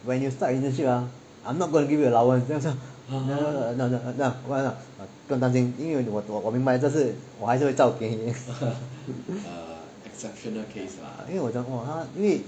when you start your internship ah I'm not going to give you allowance 不用担心因为我我明白这是我还是会照给 因为